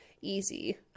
easy